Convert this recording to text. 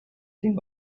thing